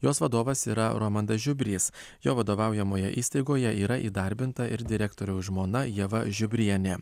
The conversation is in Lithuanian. jos vadovas yra romandas žiubrys jo vadovaujamoje įstaigoje yra įdarbinta ir direktoriaus žmona ieva žiubrienė